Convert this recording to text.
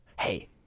hey